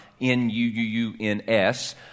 N-U-U-U-N-S